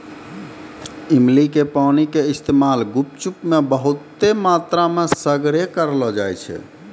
इमली के पानी के इस्तेमाल गुपचुप मे बहुते मात्रामे सगरे करलो जाय छै